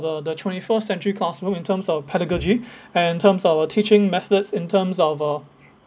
the the twenty-first-century classroom in terms of pedagogy and in terms of uh teaching methods in terms of uh